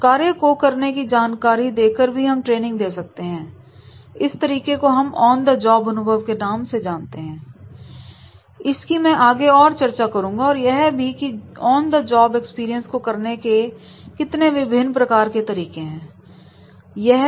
कार्य को करने की जानकारी देकर भी हम ट्रेनिंग दे सकते हैं इस तरीके को हम ऑन द जॉब अनुभव के नाम से जानते हैं इसकी मैं आगे और चर्चा करूंगा और यह भी कि ऑन द जॉब एक्सपीरियंस को करने के कितने विभिन्न प्रकार के तरीके हैं